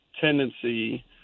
tendency